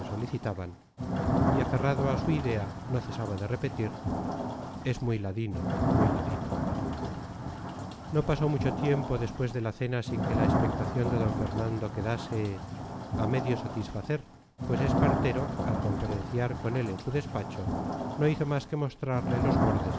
solicitaban y aferrado a su idea no cesaba de repetir es muy ladino muy ladino no pasó mucho tiempo después de la cena sin que la expectación de d fernando quedase a medio satisfacer pues espartero al conferenciar con él en su despacho no hizo más que mostrarle los bordes